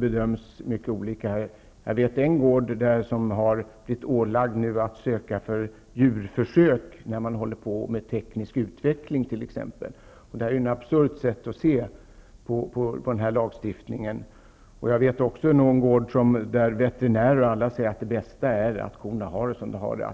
bedöms frågorna mycket olika. Jag vet en gård som har blivit ålagd att söka dispens för djurförsök när det egentligen gäller teknisk utveckling. Det är ett absurt sätt att se på lagen. Jag vet också en gård där veterinärer och andra har sagt att det bästa är att korna får ha det som det redan är.